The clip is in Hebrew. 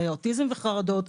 אוטיזם וחרדות.